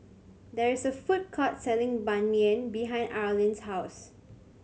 there is a food court selling Ban Mian behind Arlin's house